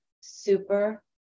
super